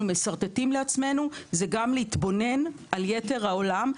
משרטטים לעצמנו זה גם להתבונן על יתר העולם,